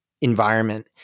environment